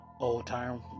old-time